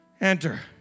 Enter